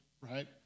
right